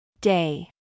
Day